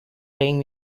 playing